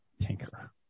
tinker